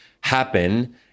happen